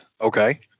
Okay